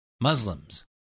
Muslims